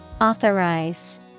Authorize